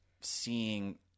seeing